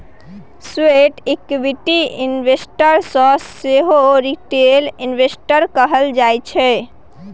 sweat equity investor केँ सेहो retail investor कहल जाइ छै